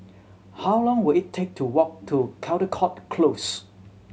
how long will it take to walk to Caldecott Close